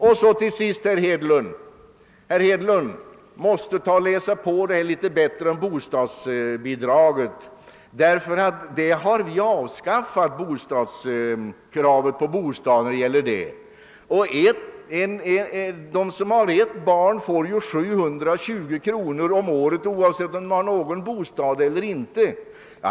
Till sist vill jag säga att herr Hedlund måste läsa på bestämmelserna om bostadsbidrag litet bättre. Kraven på bostaden har vi nämligen avskaffat, och en familj som har ett barn får 720 kronor om året oavsett om den har någon bostad eller inte.